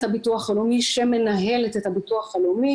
הביטוח הלאומי שמנהלת את הביטוח הלאומי,